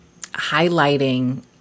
highlighting